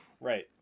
right